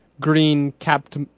green-capped